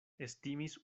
estimis